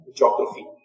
geography